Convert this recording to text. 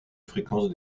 fréquence